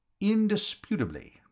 Indisputably